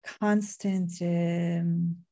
constant